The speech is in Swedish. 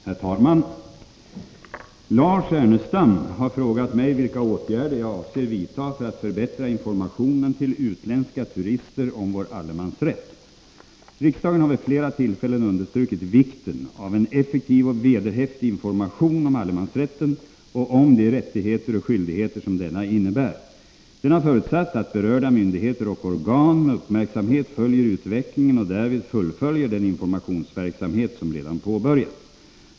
Herr talman! Lars Ernestam har frågat mig vilka åtgärder jag avser vidta för att förbättra informationen till utländska turister om vår allemansrätt. Riksdagen har vid flera tillfällen understrukit vikten av en effektiv och vederhäftig information om allemansrätten och om de rättigheter och skyldigheter som denna innebär. Den har förutsatt att berörda myndigheter och organ med uppmärksamhet följer utvecklingen och därvid fullföljer den informationsverksamhet som redan påbörjats .